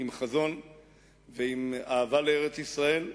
עם חזון ועם אהבה לארץ-ישראל,